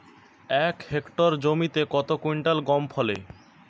এক হেক্টর জমিতে কত কুইন্টাল গম ফলে?